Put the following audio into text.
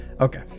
Okay